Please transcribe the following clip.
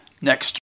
Next